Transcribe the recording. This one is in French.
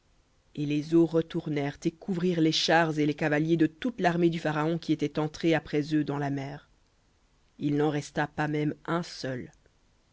et les eaux retournèrent et couvrirent les chars et les cavaliers de toute l'armée du pharaon qui était entrée après eux dans la mer il n'en resta pas même un seul